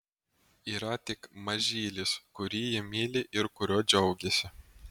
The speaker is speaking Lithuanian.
yra tik mažylis kurį ji myli ir kuriuo džiaugiasi